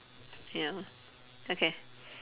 ya okay